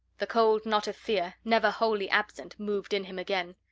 the cold knot of fear, never wholly absent, moved in him again.